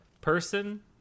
person